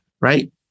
right